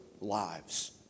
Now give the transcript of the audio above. lives